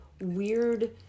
weird